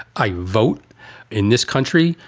i vote in this country.